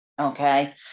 okay